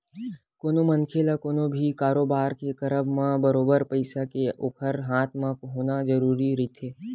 कोनो मनखे ल कोनो भी कारोबार के करब म बरोबर पइसा के ओखर हाथ म होना जरुरी रहिथे